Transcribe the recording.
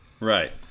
Right